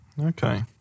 Okay